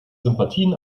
sympathien